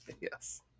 Yes